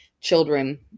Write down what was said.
children